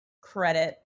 credit